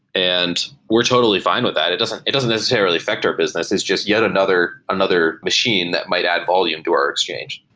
and we're totally fine with that. it doesn't it doesn't necessarily affect our business. it's just yet another another machine that might add volume to our exchange